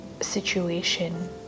situation